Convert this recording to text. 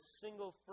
single